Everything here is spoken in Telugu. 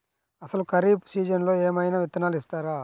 అసలు ఖరీఫ్ సీజన్లో ఏమయినా విత్తనాలు ఇస్తారా?